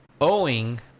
owing